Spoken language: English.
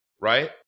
right